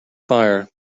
fire